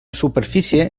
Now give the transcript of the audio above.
superfície